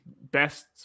best